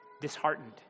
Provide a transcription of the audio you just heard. disheartened